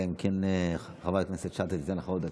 אלא אם כן חברת הכנסת שטה תיתן לך עוד דקה.